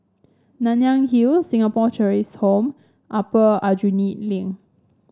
Nanyang Hill Singapore Cheshire Home Upper Aljunied Link